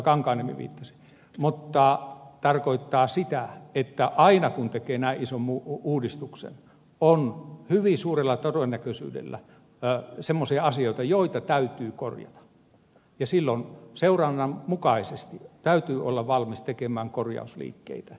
kankaanniemi viittasi mutta tarkoittaa sitä että aina kun tekee näin ison uudistuksen on hyvin suurella todennäköisyydellä semmoisia asioita joita täytyy korjata ja silloin seurannan mukaisesti täytyy olla valmis tekemään korjausliikkeitä